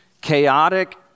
chaotic